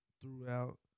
throughout